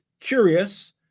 curious